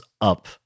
up